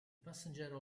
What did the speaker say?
passenger